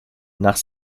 nach